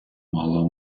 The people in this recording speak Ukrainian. мало